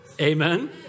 Amen